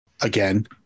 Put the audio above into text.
again